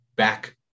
back